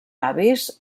avis